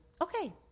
okay